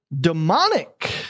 demonic